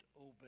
obey